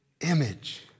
image